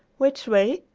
which way?